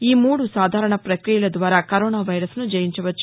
ఈ మూడు సాధారణ ప్రక్రియల ద్వారా కరోనా వైరస్ను జయించవచ్చు